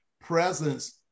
presence